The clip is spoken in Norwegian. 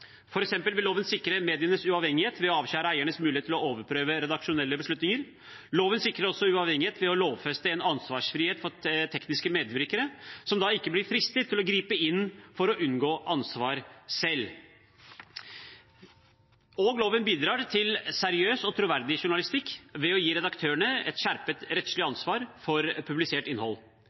vil loven sikre medienes uavhengighet ved å avskjære eiernes mulighet til å overprøve redaksjonelle beslutninger. Loven sikrer også uavhengighet ved å lovfeste en ansvarsfrihet for tekniske medvirkere, som da ikke blir fristet til å gripe inn for å unngå ansvar selv. Loven bidrar også til seriøs og troverdig journalistikk ved å gi redaktørene et skjerpet rettslig ansvar for publisert innhold.